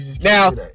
Now